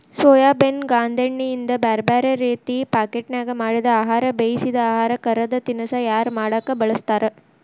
soybean ಗಾಂದೇಣ್ಣಿಯಿಂದ ಬ್ಯಾರ್ಬ್ಯಾರೇ ರೇತಿ ಪಾಕೇಟ್ನ್ಯಾಗ ಮಾಡಿದ ಆಹಾರ, ಬೇಯಿಸಿದ ಆಹಾರ, ಕರದ ತಿನಸಾ ತಯಾರ ಮಾಡಕ್ ಬಳಸ್ತಾರ